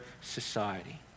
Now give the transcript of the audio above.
society